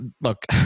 look